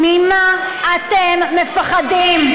ממה אתם מפחדים,